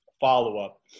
follow-up